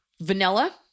Vanilla